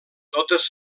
totes